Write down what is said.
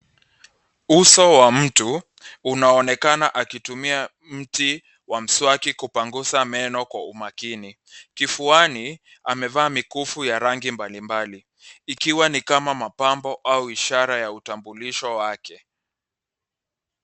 Uso wa mtu unaonekana akitumia mti wa mswaki kupangusa meno kwa umakini. Kifuani amevaa mikufu ya rangi mbalimbali ikiwa ni kama mapambo au ishara ya utambulisho wake.